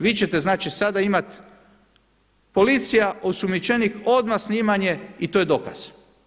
Vi ćete znači sada imati policija, osumnjičenik, odmah snimanje i to je dokaz.